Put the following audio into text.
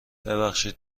ببخشید